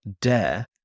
dare